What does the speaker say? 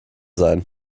sein